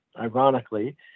ironically